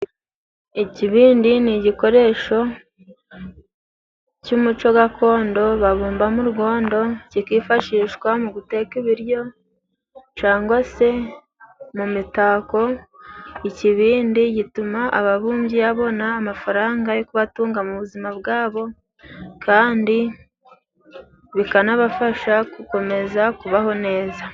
Ikibindi ni igikoresho cy'umuco gakondo babumba mu rwondo, kikifashishwa mu guteka ibiryo cangwa se mu mitako. Ikibindi gituma ababumbyi babona amafaranga yo kubatunga mu buzima bwabo, kandi bikanabafasha gukomeza kubaho neza.